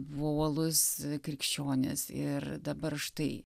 buvau uolus krikščionis ir dabar štai